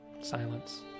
Silence